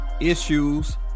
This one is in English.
issues